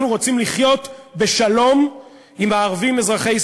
אנחנו רוצים לחיות בשלום עם הערבים אזרחי ישראל,